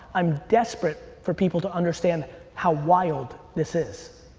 i'm desperate for people to understand how wild this is.